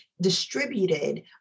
distributed